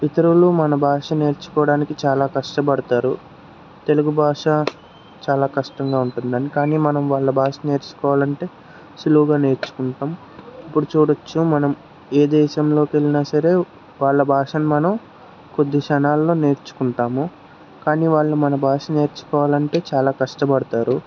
ఇతరులు మన భాష నేర్చుకోవడానికి చాలా కష్టపడుతారు తెలుగు భాష చాలా కష్టంగా ఉంటుంది అని కానీ మనం వాళ్ళ భాష నేర్చుకోవాలంటే సులువుగా నేర్చుకుంటాం ఇప్పుడు చూడచ్చు మనం ఏ దేశంలోకి వెళ్ళినా సరే వాళ్ళ భాషని మనం కొద్ది క్షణాల్లో నేర్చుకుంటాము కానీ వాళ్ళు మన భాష నేర్చుకోవాలంటే చాలా కష్టపడుతారు